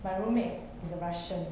my roommate is a russian